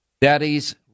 Daddy's